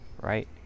right